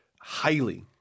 highly